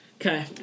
Okay